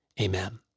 Amen